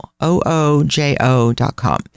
O-O-J-O.com